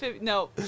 no